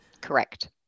Correct